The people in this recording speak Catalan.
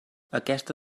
aquesta